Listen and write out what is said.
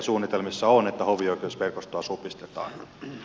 suunnitelmissa on että hovioikeusverkostoa supistetaan